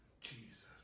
Jesus